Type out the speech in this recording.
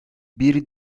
bir